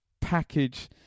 package